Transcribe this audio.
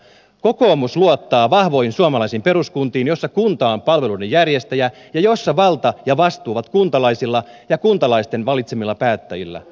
kokoomus luottaa vahvoihin suomalaisiin peruskuntiin joissa kunta on palveluiden järjestäjä ja joissa valta ja vastuu ovat kuntalaisilla ja kuntalaisten valitsemilla päättäjillä